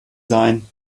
sein